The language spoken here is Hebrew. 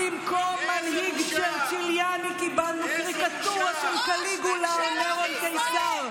במקום מנהיג צ'רצ'יליאני קיבלנו קריקטורה של קליגולה או נירון קיסר.